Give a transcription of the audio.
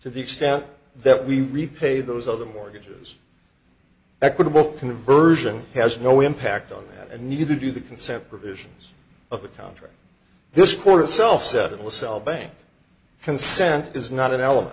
the extent that we repay those other mortgages equitable conversion has no impact on that and neither do the consent provisions of the contract this court itself said it will sell bank consent is not an element